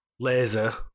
Laser